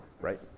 right